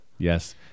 Yes